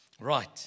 Right